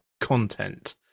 content